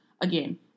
Again